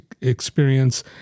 experience